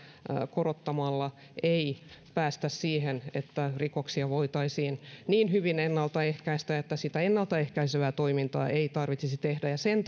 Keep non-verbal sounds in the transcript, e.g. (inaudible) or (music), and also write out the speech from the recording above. korottamalla ei päästä siihen että rikoksia voitaisiin niin hyvin ennalta ehkäistä että sitä ennalta ehkäisevää toimintaa ei tarvitsisi tehdä sen (unintelligible)